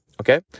Okay